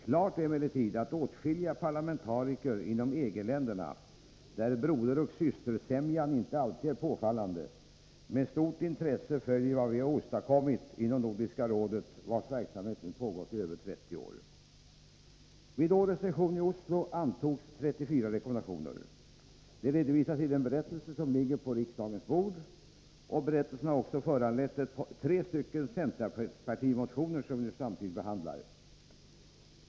Klart är emellertid att åtskilliga parlamentariker inom EG-länderna — där broderoch systersämjan inte alltid är påfallande — med stort intresse följer vad vi åstadkommit inom Nordiska rådet, vars verksamhet nu har pågått i över 30 år. Vid årets session i Oslo antogs 34 rekommendationer. De redovisas i den berättelse som ligger på riksdagens bord. Berättelsen har föranlett tre centerpartimotioner, som vi också nu behandlar.